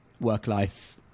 work-life